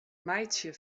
meitsje